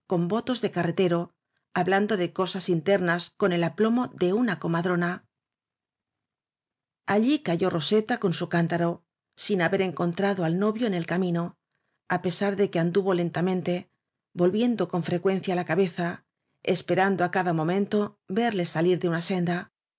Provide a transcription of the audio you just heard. con votos de carretero hablando de co sas internas con el aplomo de una comadrona allí cayó roseta con su cántaro sin haber encontrado al novio en el camino á pesar de que anduvo lentamente volviendo con frecuen cia la cabeza esperando á cada momento verle salir de una senda